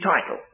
title